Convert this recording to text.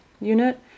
unit